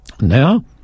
Now